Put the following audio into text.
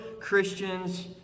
Christians